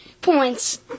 points